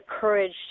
courage